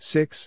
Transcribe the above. Six